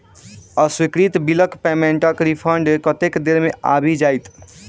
अस्वीकृत बिलक पेमेन्टक रिफन्ड कतेक देर मे आबि जाइत?